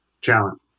challenge